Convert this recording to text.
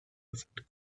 listened